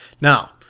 Now